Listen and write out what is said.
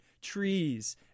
trees